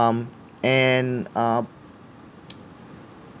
um and um